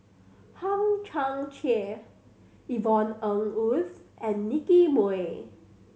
Hang Chang Chieh Yvonne Ng Uhde and Nicky Moey